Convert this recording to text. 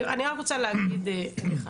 אני רק רוצה להגיד, סליחה.